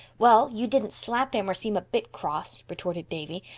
well, you didn't slap him or seem a bit cross, retorted davy.